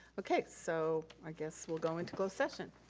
okay, so i guess we'll go into closed session.